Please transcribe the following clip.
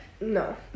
no